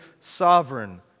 sovereign